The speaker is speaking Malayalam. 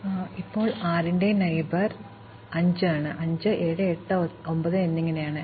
അതിനാൽ ഇപ്പോൾ ഞങ്ങൾ 6 ന്റെ അയൽവാസികളിലേക്ക് നോക്കുന്നു 6 ന്റെ അയൽക്കാർ 5 7 8 9 എന്നിങ്ങനെയാണ്